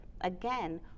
again